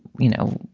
you know,